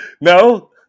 No